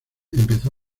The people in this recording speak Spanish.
empezó